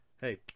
hey